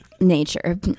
nature